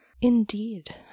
Indeed